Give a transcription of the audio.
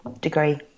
degree